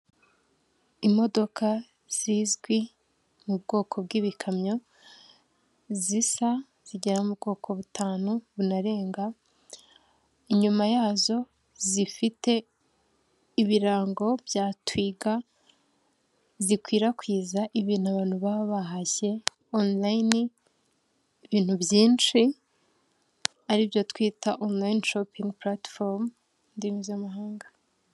Imodoka zizwi mu bwoko bw'ibikamyo zisa, zigera mu bwoko butanu bunarenga, inyuma yazo zifite ibirango bya Twiga, zikwirakwiza ibintu abantu baba bahashye onurayini, ibintu byinshi aribyo twita onurayini shopingi puratifomu mu ndimi z'amahanga.